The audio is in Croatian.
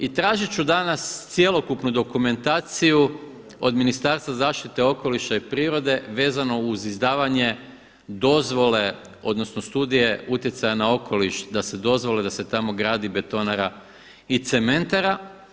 I tražit ću danas cjelokupnu dokumentaciju od Ministarstva zaštite okoliša i prirode vezano uz izdavanje dozvole, odnosno studije utjecaja na okoliš da se dozvole da se tamo gradi betonara i cementara.